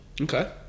okay